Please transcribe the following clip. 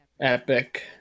Epic